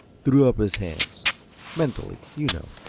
threw up his hands mentally, you know.